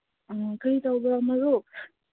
ꯑꯥ ꯀꯔꯤ ꯇꯧꯕ꯭ꯔꯥ ꯃꯔꯨꯞ